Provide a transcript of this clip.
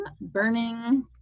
Burning